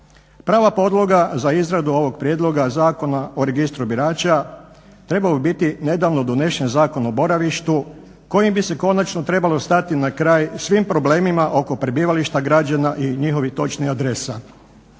Prava podloga za izradu ovog prijedloga Zakona o registru birača trebao bi biti nedavno donesen Zakon o boravištu kojim bi se konačno trebalo stati na kraj svim problemima oko prebivališta građana i njihovih točnih adresa.